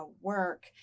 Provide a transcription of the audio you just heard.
work